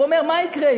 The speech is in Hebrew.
הוא אומר: מה יקרה,